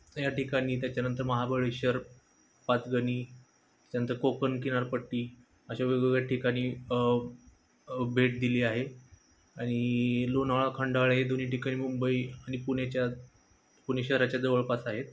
या या ठिकाणी त्याच्यानंतर महाबळेश्वर पाचगणी त्याच्यानंतर कोकण किनारपट्टी अशा वेगवेगळ्या ठिकाणी भेट दिली आहे आणि लोणावळा खंडाळा हे दोन्ही ठिकाणी मुंबई आणि पुणे च्या पुणे श्हराच्या जवळपास आहेत